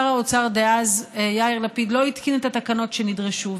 שר האוצר דאז יאיר לפיד לא התקין את התקנות שנדרשו,